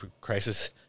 crisis